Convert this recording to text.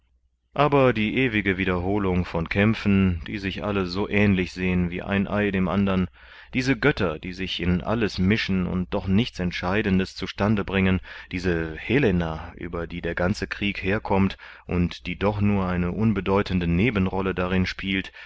aber die ewige wiederholung von kämpfen die sich alle so ähnlich sehen wie ein ei dem andern diese götter die sich in alles mischen und doch nichts entscheidendes zu stande bringen diese helena über die der ganze krieg herkommt und die doch nur eine unbedeutende nebenrolle darin spielt